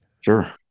sure